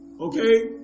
Okay